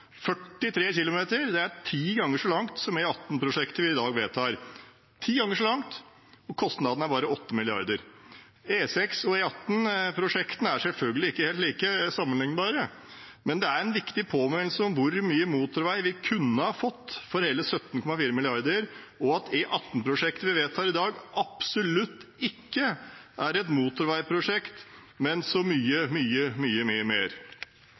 43 km er ti ganger så langt som E18-prosjektet vi i dag vedtar – ti ganger så langt, og kostnaden er bare 8 mrd. kr. E6- og E18-prosjektene er selvfølgelig ikke helt sammenlignbare, men det er en viktig påminnelse om hvor mye motorvei vi kunne fått for hele 17,4 mrd. kr, og E18-prosjektet vi vedtar i dag, er absolutt ikke et motorveiprosjekt, men så mye, mye